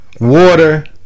Water